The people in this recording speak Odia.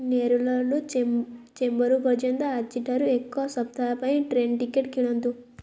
ନେରୁଲ୍ରୁ ଚେମ୍ବୁର ପର୍ଯ୍ୟନ୍ତ ଆଜିଠାରୁ ଏକ ସପ୍ତାହ ପାଇଁ ଟ୍ରେନ୍ ଟିକେଟ୍ କିଣନ୍ତୁ